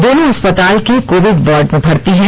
दोनों अस्पताल के कोविड वार्ड में भर्ती हैं